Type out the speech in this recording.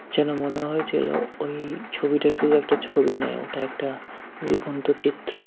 যেন মনে হয়েছিলো ওই ছবিটা শুধু একটা ছবি নয় ওটা একটা জীবন্ত চিত্র